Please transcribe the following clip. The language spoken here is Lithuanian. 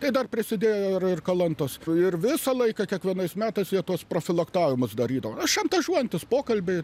tai dar prisidėjo ir ir kalantos ir visą laiką kiekvienais metais jie tuos profilaktavimus darydavo šantažuojantys pokalbiai